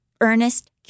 Ernest